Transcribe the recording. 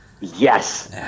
Yes